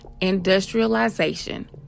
industrialization